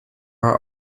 are